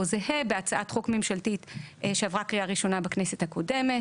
זהה בהצעת חוק ממשלתית שעברה קריאה ראשונה בכנסת הקודמת.